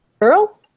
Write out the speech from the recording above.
Earl